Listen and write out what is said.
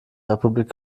republik